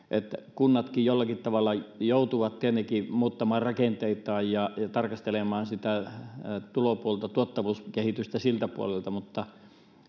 kunnatkin jollakin tavalla joutuvat muuttamaan rakenteitaan ja tarkastelemaan sitä tulopuolta tuottavuuskehitystä siltä puolelta mutta